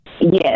Yes